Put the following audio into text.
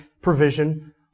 provision